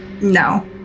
No